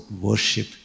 worship